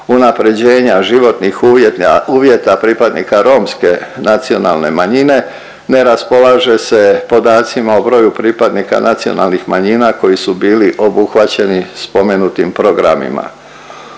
unaprjeđenja životnih uvjeta pripadnika romske nacionalne manjine, ne raspolaže se podacima o broju pripadnika nacionalnih manjina koji su bili obuhvaćeni spomenutim programima.